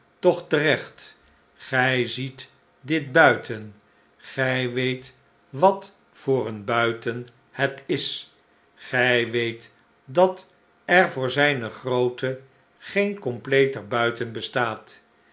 toch terecht gij ziet dit buiten gij weet wat voor een buiten het is gij weet dat er voor zijne grootte geen completer buiten bestaat